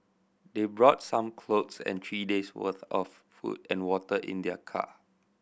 they brought some clothes and three days' worth of food and water in their car